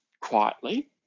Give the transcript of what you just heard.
quietly